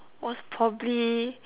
was probably